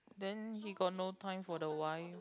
then he got no time for the wife